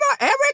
Eric